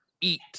eat